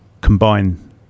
combine